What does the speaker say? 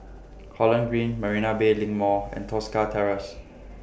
Holland Green Marina Bay LINK Mall and Tosca Terrace